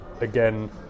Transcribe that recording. again